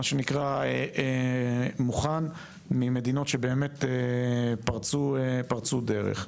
מה שנקרא מוכן ממדינות שבאמת פרצו דרך.